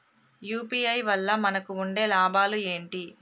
UPI వల్ల మనకు ఉండే లాభాలు ఏంటి?